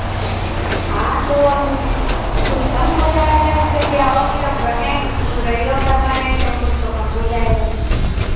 हाँ तो अब कुछ कम हो जायेगा जैसे कि आओगे अब रहेंगे रहियो परमानेंट और कुछ तो कम हो जायेगा